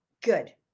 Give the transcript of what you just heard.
good